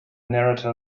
narrator